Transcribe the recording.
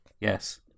Yes